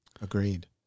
Agreed